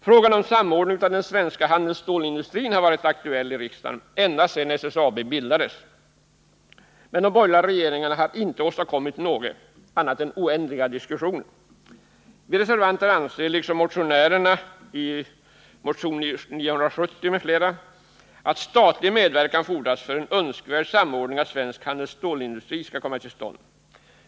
Frågan om samordning av den svenska handelsstålsindustrin har varit aktuell i riksdagen ända sedan SSAB bildades, men de borgerliga regeringarna har inte åstadkommit något annat än oändliga diskussioner. Vi reservanter anser, liksom motionärerna i motion nr 970 m.fl., att statlig medverkan fordras för att en önskvärd samordning av svensk handelsstålsindustri skall komma till stånd.